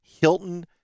Hilton